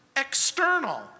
External